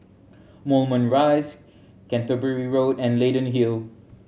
Moulmein Rise Canterbury Road and Leyden Hill